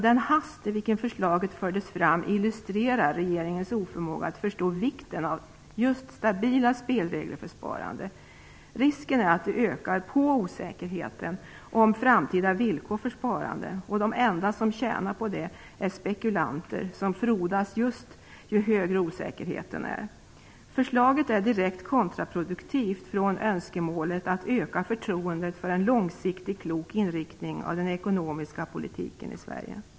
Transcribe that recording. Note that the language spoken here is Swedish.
Den hast i vilken förslaget fördes fram illustrerar regeringens oförmåga att inse vikten av stabila spelregler för sparande. Risken är att förslaget ökar osäkerheten om framtida villkor för sparande, och de enda som tjänar på det är spekulanter, som frodas ju större osäkerheten är. Förslaget är direkt kontraproduktivt i förhållande till önskemålet att öka förtroendet för en långsiktig, klok inriktning av den ekonomiska politiken i Sverige.